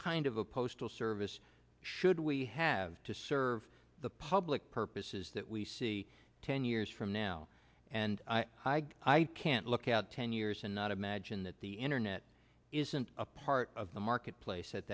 kind of a postal service should we have to serve the public purposes that we see ten years from now and i can't look out ten years and not imagine that the internet isn't a part of the marketplace at